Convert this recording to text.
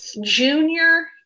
junior